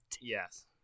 Yes